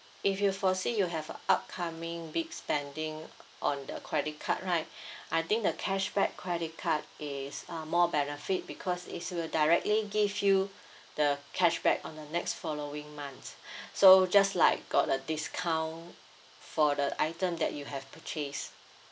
if you foresee you have upcoming big spending on the credit card right I think the cashback credit card is uh more benefit because it will directly give you the cashback on the next following months so just like got the discount for the item that you have purchased